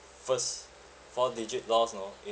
first four-digit loss you know in